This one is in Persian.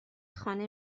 خانه